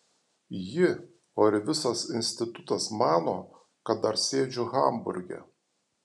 ji o ir visas institutas mano kad dar sėdžiu hamburge